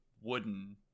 wooden